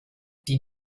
die